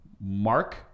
mark